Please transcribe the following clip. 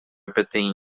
peteĩ